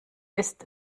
ist